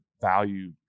value